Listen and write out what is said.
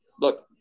look